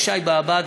לשי באב"ד,